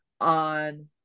on